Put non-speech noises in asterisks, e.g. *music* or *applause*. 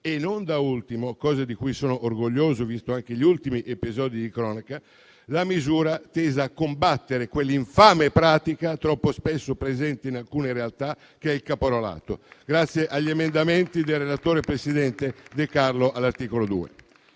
Non da ultimo, cosa di cui sono orgoglioso, visti anche gli ultimi episodi di cronaca, è stata introdotta la misura tesa a combattere quell'infame pratica, troppo spesso presente in alcune realtà, che è il caporalato, *applause* grazie agli emendamenti del relatore, presidente De Carlo, all'articolo 2.